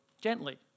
gently